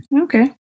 okay